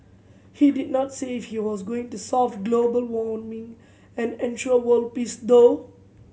he did not say if he was going to solve global warming and ensure world peace though